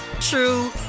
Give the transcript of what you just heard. true